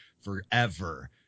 forever